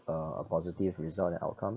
a a positive result and outcome